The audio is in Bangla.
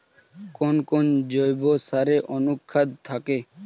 কোন কোন জৈব সারে অনুখাদ্য থাকে?